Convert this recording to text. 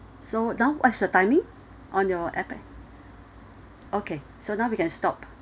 so now what's the timing on your appen okay so now we can stop